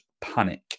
panic